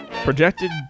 Projected